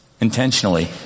Intentionally